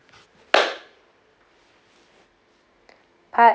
part